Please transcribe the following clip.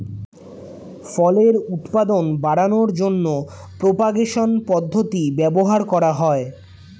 ফলের উৎপাদন বাড়ানোর জন্য প্রোপাগেশন পদ্ধতি ব্যবহার করা হয়